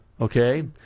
Okay